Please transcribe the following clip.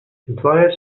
employers